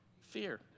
fear